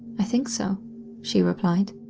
i think so she replied,